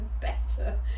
better